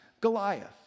Goliath